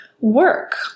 work